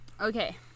Okay